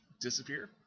disappear